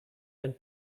ein